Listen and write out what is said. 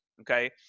okay